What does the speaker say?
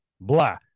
Blah